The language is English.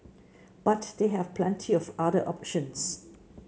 but they have plenty of other options